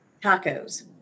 tacos